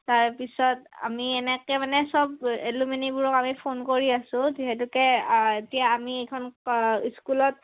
তাৰপিছত আমি এনেকৈ মানে চব এলুমিনীবোৰক আমি ফোন কৰি আছোঁ যিহেতুকে এতিয়া আমি এইখন স্কুলত